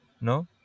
No